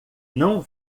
não